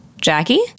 Jackie